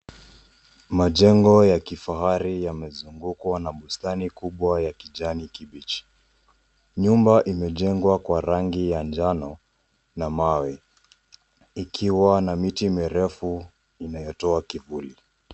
Majengo ya kifahari yamezungukwa na bustani kubwa ya kijani kibichi. Nyumba imejengwa kwa rangi ya njano na mawe ikiwa na miti mirefu inayotoa kivuli.